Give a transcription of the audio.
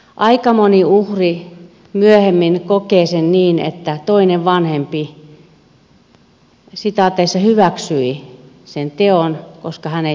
aika moni uhri myöhemmin kokee sen niin että toinen vanhempi hyväksyi sen teon koska hän ei siihen puuttunut